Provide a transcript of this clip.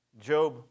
Job